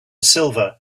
silver